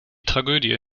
tragödie